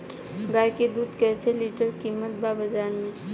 गाय के दूध कइसे लीटर कीमत बा बाज़ार मे?